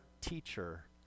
teacher